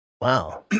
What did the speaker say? wow